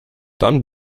dann